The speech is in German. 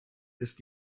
ist